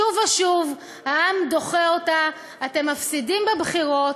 שוב ושוב העם דוחה אותה, אתם מפסידים בבחירות,